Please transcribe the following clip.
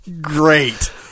Great